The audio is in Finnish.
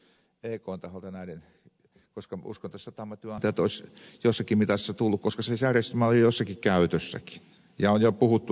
uskon että satamatyönantajat olisivat jossakin mitassa tulleet vastaan koska se järjestelmä on jossakin käytössäkin ja siitä on jo puhuttu etukäteen ja asiaa valmisteltu